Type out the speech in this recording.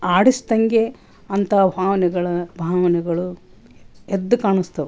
ಆಡಿಸದಂಗೆ ಅಂಥ ಭಾವನೆಗಳ ಭಾವನೆಗಳು ಎದ್ದು ಕಾಣಿಸ್ತವು